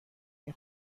این